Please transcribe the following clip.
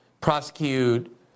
prosecute